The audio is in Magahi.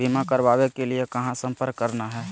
बीमा करावे के लिए कहा संपर्क करना है?